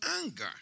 anger